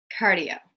Cardio